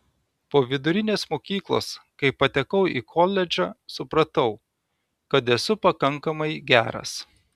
po vidurinės mokyklos kai patekau į koledžą supratau kad esu pakankamai geras